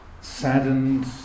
saddened